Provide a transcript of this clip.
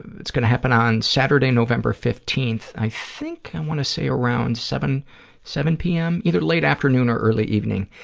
it's going to happen on saturday, november fifteenth, i think, i want to say, around seven seven p. m, either late afternoon or early evening.